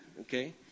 Okay